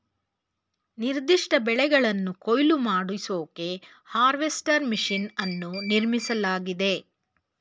ನಿರ್ದಿಷ್ಟ ಬೆಳೆಗಳನ್ನು ಕೊಯ್ಲು ಮಾಡಿಸೋಕೆ ಹಾರ್ವೆಸ್ಟರ್ ಮೆಷಿನ್ ಅನ್ನು ನಿರ್ಮಿಸಲಾಗಿದೆ